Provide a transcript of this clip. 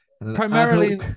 Primarily